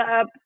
up